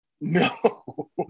No